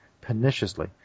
perniciously